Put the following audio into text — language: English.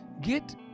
get